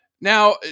Now